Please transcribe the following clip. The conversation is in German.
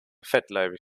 fettleibig